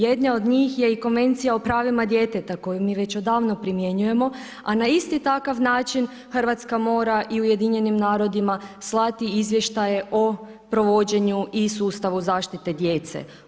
Jedna od njih je i Konvencija o pravima djeteta, koju mi već odavno primjenjujemo, a na isti takav način Hrvatska mora i Ujedinjenim narodima slati izvještaje o provođenju i sustavu zaštite djece.